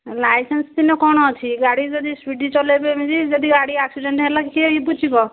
licence ଥିଲେ କ'ଣ ଅଛି ଗାଡ଼ି ଯଦି ସ୍ପିଡ଼ି ଚଲାଇବେ ଏମିତି ଯଦି ଗାଡ଼ି ଆକ୍ସିଡେଣ୍ଟ ହେଲା କିଏ ଯାଇକି ବୁଝିବ